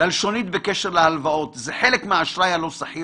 ללשונית בקשר להלוואות (זה חלק מהאשראי הלא סחיר),